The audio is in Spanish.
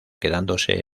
quedándose